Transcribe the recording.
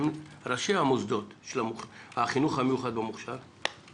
אחרי הדיון שהיה פה על תשלומי הורים הובהר לנו שהנושא הזה עומד להיפתר,